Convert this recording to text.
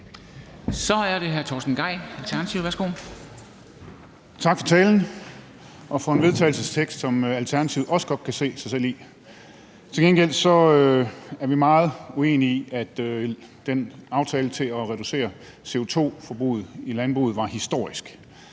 Så er det hr. Torsten Gejl, Alternativet. Værsgo. Kl. 09:41 Torsten Gejl (ALT): Tak for talen og for en vedtagelsestekst, som Alternativet også godt kan se sig selv i. Til gengæld er vi meget uenige i, at den aftale om at reducere CO2-forbruget i landbruget var historisk